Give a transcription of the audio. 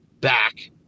back